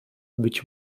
być